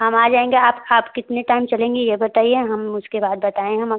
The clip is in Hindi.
हम आ जाएंगे आप आप कितने टाइम चलेंगी ये बताइए हम उसके बाद बताऍं हम आगे